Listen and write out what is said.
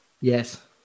Yes